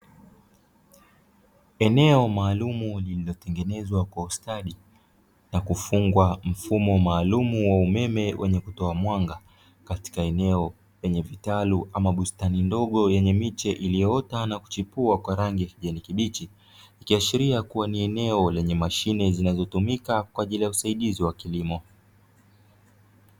Eneo maalum lililotengenezwa kwa ustadi na kufungwa mfumo maalum wa umeme wenye kutoa mwanga katika eneo lenye vitalu ama bustani ndogo yenye mishe iliyoota na kuchipua kwa rangi ya kijani kibichi ikiashiria kuwa ni eneo lenye mashine zinazotumika kwa ajili ya usaidizi wa kilimo.